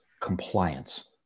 compliance